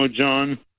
John